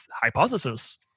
hypothesis